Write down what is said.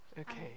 Okay